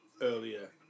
earlier